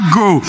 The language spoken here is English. go